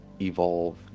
Evolve